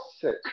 sick